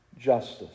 justice